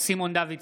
סימון דוידסון,